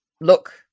look